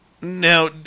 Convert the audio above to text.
Now